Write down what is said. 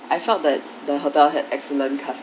I felt that the hotel had excellent cust~